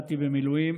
שירתי במילואים